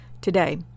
today